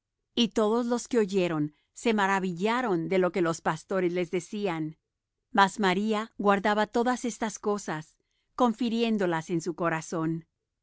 y todos los que oyeron se maravillaron de lo que los pastores les decían mas maría guardaba todas estas cosas confiriéndolas en su corazón